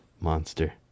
monster